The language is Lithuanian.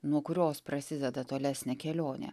nuo kurios prasideda tolesnė kelionė